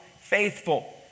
Faithful